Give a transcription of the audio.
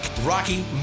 Rocky